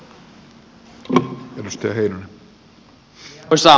arvoisa puhemies